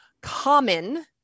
common